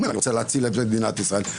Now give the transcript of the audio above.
הוא אומר, אני רוצה להציל את מדינת ישראל.